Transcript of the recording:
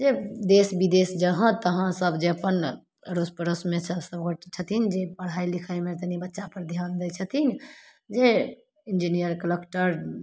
जे देश विदेश जहाँ तहाँ सब जे अपन अड़ोस पड़ोसमेसँ सभगोटे छथिन जे पढ़ाइ लिखाइमे तनि बच्चापर धिआन दै छथिन जे इन्जीनिअर कलक्टर